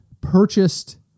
purchased